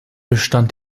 bestand